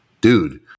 Dude